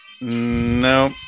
no